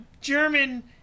German